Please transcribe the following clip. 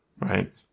right